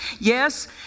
Yes